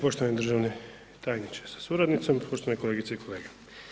Poštovani državni tajniče sa suradnicom, poštovani kolegice i kolege.